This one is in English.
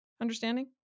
understanding